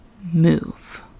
move